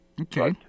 Okay